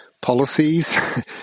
policies